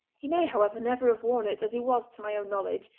he may, however, never have worn it, as he was, to my own knowledge,